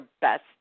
best